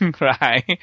right